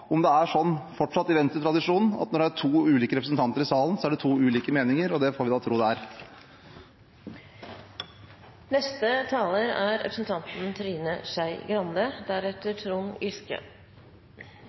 om det fortsatt er sånn i Venstre-tradisjonen, at når det er to ulike representanter i salen, så er det to ulike meninger. – Det får vi tro det er. Det er